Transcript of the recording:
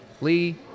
Lee